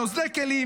נוזלי כלים,